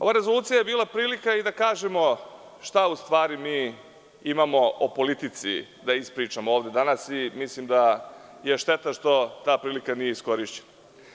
Ova rezolucija je bila prilika i da kažemo šta u stvari mi imamo o politici da ispričamo ovde danas i mislim da je šteta što ta prilika nije iskorišćena.